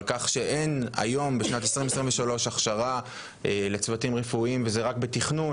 על כך שאין ב-2023 הכשרה לצוותים רפואיים וזה דבר שנמצא כעת רק בתכנון.